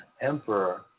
emperor